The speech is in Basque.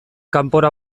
kanpora